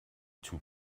two